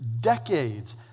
decades